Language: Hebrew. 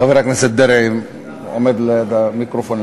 חבר הכנסת דרעי עומד ליד המיקרופון,